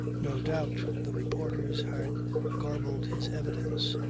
no doubt the reporters had garbled his evidence.